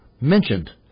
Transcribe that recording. mentioned